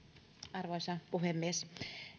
arvoisa puhemies